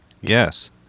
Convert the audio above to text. Yes